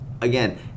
again